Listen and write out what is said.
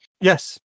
Yes